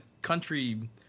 country